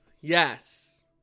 yes